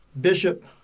Bishop